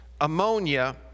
ammonia